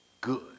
good